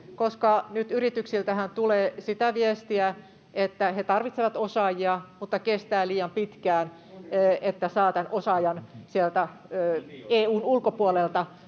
Nythän yrityksiltä tulee sitä viestiä, että he tarvitsevat osaajia mutta kestää liian pitkään, että saa tämän osaajan sieltä EU:n ulkopuolelta